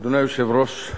אדוני היושב-ראש,